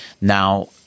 Now